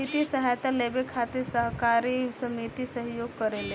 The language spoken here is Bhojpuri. वित्तीय सहायता लेबे खातिर सहकारी समिति सहयोग करेले